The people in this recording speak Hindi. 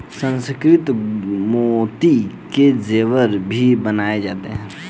सुसंस्कृत मोती के जेवर भी बनाए जाते हैं